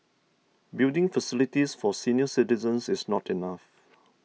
building facilities for senior citizens is not enough